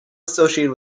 associated